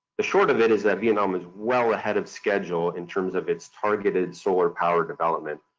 the short of it is that vietnam is well ahead of schedule in terms of its targeted solar power development.